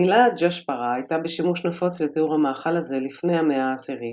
המילה Joshpara הייתה בשימוש נפוץ לתיאור המאכל הזה לפני המאה ה-10,